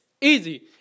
Easy